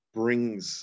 brings